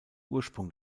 ursprung